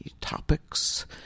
topics